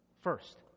First